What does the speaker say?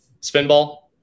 Spinball